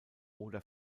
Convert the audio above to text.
oder